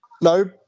No